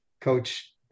coach